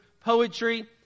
poetry